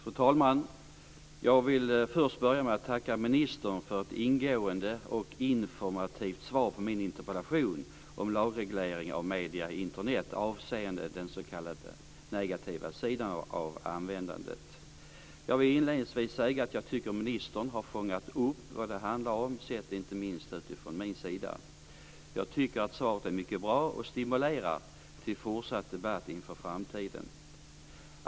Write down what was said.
Fru talman! Jag vill först börja med att tacka ministern för ett ingående och informativt svar på min interpellation om lagreglering av mediet Internet avseende den negativa sidan av användandet. Jag tycker att ministern har fångat upp vad frågan handlar om, inte minst sett från min synpunkt. Svaret är bra och stimulerar till fortsatt debatt inför framtiden.